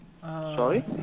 Sorry